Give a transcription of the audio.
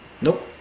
Nope